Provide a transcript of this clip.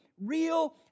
Real